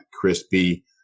crispy